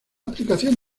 aplicación